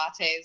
lattes